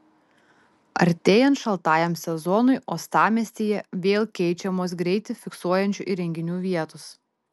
artėjant šaltajam sezonui uostamiestyje vėl keičiamos greitį fiksuojančių įrenginių vietos